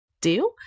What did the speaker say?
deal